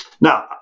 Now